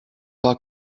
pas